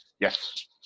Yes